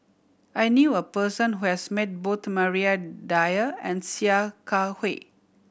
I knew a person who has met both Maria Dyer and Sia Kah Hui